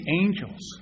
angels